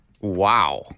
Wow